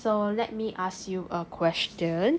so let me ask you a question